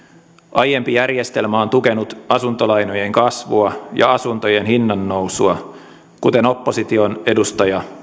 aiempi järjestelmä on tukenut asuntolainojen kasvua ja asuntojen hinnannousua kuten myös opposition edustaja